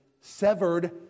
severed